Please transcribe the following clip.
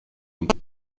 und